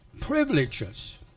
privileges